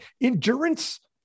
endurance